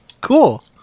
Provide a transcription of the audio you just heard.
Cool